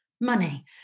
money